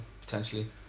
potentially